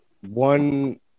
one